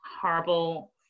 horrible